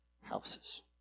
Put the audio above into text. houses